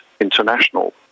international